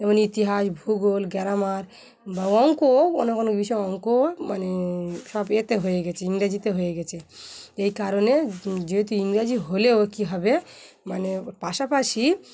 যেমন ইতিহাস ভূগোল গ্রামার বা অঙ্ক কোনো কোনো বিষয়ে অঙ্কও মানে সব এতে হয়ে গেছে ইংরাজিতে হয়ে গেছে এই কারণে যেহেতু ইংরাজি হলেও কী হবে মানে পাশাপাশি